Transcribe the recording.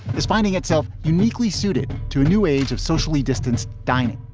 is finding itself uniquely suited to a new age of socially distanced dining.